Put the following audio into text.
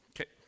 Okay